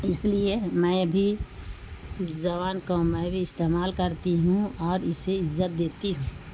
اس لیے میں بھی زبان کو میں بھی استعمال کرتی ہوں اور اسے عزت دیتی ہوں